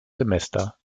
semester